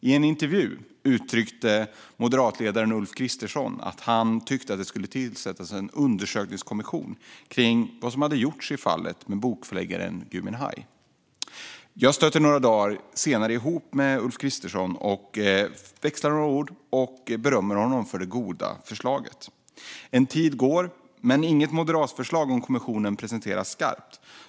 I en intervju uttryckte moderatledaren Ulf Kristersson att han tyckte att det skulle tillsättas en undersökningskommission kring vad som hade gjorts i fallet med bokförläggaren Gui Minhai. Jag stötte några dagar senare ihop med Ulf Kristersson. Vi växlade några ord, och jag berömde honom för det goda förslaget. En tid gick men inget skarpt moderatförslag om kommissionen presenterades.